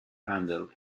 handle